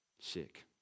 sick